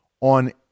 on